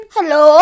Hello